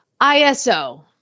ISO